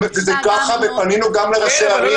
ופנינו גם לראשי ערים,